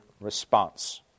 response